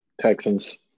Texans